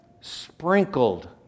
sprinkled